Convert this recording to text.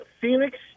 Phoenix